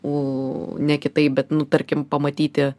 u ne kitaip bet nu tarkim pamatyti